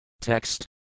Text